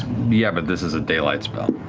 yeah, but this is a daylight spell.